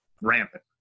rampant